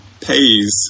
pays